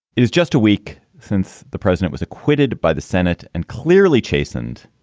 it was just a week since the president was acquitted by the senate and clearly chastened.